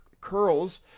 curls